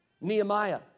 Nehemiah